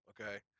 okay